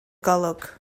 golwg